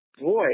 Boy